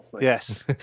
Yes